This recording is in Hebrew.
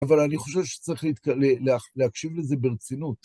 אבל אני חושב שצריך להקשיב לזה ברצינות.